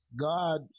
God